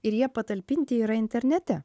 ir jie patalpinti yra internete